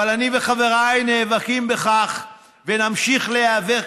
אבל אני וחבריי נאבקים בכך ונמשיך להיאבק